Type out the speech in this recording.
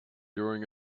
during